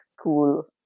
cool